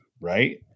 right